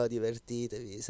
Divertitevi